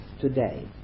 today